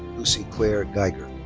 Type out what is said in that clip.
lucy clare geiger.